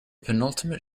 penultimate